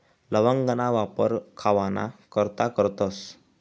लवंगना वापर खावाना करता करतस